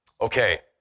Okay